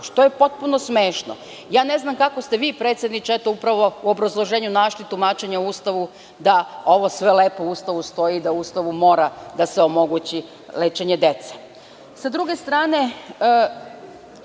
što je potpuno smešno. Ne znam kako ste vi, predsedniče, upravo u obrazloženju našli tumačenje u Ustavu da ovo sve lepo u Ustavu stoji i da u Ustavu mora da se omogući lečenje dece.S